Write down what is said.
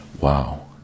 Wow